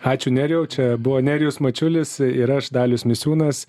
ačiū nerijau čia buvo nerijus mačiulis ir aš dalius misiūnas